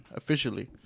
officially